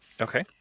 Okay